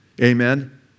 Amen